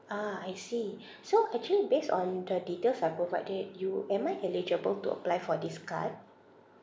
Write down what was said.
ah I see so actually based on the details I provided you am I eligible to apply for this card